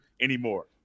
anymore